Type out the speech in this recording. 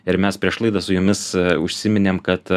ir mes prieš laidą su jumis užsiminėm kad